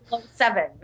seven